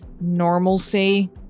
normalcy